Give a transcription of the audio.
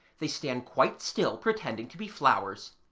they stand quite still pretending to be flowers.